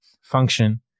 function